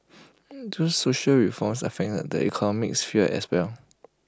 these social reforms affect the economic sphere as well